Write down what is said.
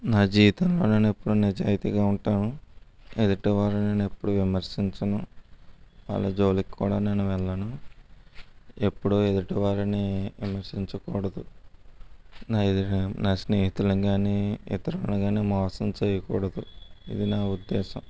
నా జీవితంలో నేనెప్పుడు నిజాయితీగా ఉంటాను ఎదుటివారిని నేను ఎప్పుడు విమర్శించను వాళ్ళ జోలికి కూడా నేను వెళ్ళను ఎప్పుడు ఎదుటివారిని విమర్శించకూడదు నా స్నేహితులను కానీ ఇతరులను కానీ మోసం చేయకూడదు ఇది నా ఉద్దేశ్యం